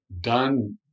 done